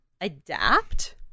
adapt